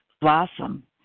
blossom